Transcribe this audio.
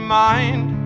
mind